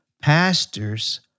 pastors